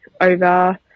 over